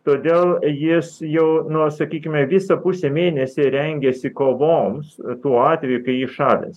todėl jis jau nuo sakykime visą pusę mėnesį rengiasi kovoms tuo atveju kai jį šalins